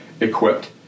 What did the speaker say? equipped